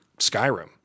Skyrim